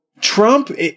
Trump